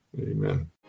Amen